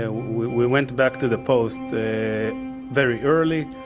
ah we we went back to the post. very early.